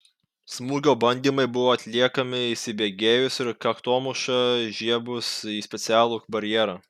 smūgio bandymai buvo atliekami įsibėgėjus ir kaktomuša žiebus į specialų barjerą